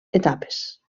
etapes